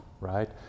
Right